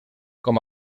com